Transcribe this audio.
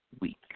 week